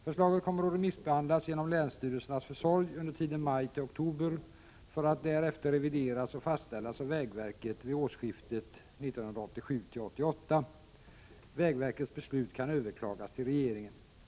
Förslaget kommer att remissbehandlas genom länsstyrelsernas försorg under tiden maj-oktober för att därefter revideras och fastställas av vägverket vid årsskiftet 1987-1988. Vägverkets beslut kan överklagas till regeringen.